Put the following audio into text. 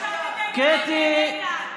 רק תתייחס בדברים שלך,